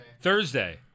Thursday